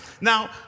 Now